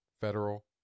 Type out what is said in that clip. federal